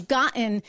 gotten